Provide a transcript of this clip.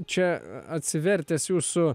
čia atsivertęs jūsų